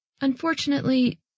Unfortunately